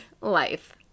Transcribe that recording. life